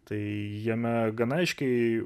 tai jame gana aiškiai